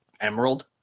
Emerald